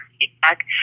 feedback